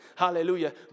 Hallelujah